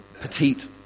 petite